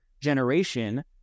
generation